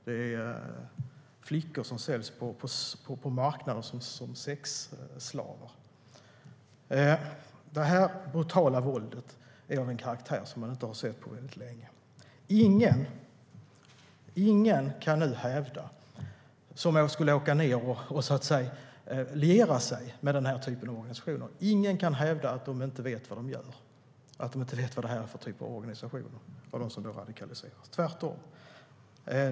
Det är flickor som säljs på marknader som sexslavar. Det brutala våldet är av en karaktär som man inte har sett på väldigt länge. Ingen som åker ned och, så att säga, lierar sig med den här typen av organisationer och som då radikaliseras kan nu hävda att de inte vet vad de gör och att de inte vet vad det är för typ av organisationer, tvärtom.